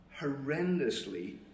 Horrendously